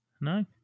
No